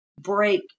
break